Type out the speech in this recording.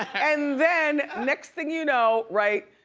and then next thing you know, right,